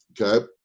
Okay